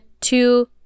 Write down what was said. two